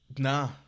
Nah